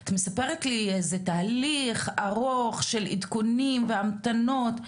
את מספרת לי זה תהליך ארוך של עדכונים והמתנות,